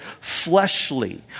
fleshly